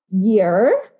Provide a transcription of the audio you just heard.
year